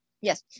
Yes